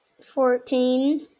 Fourteen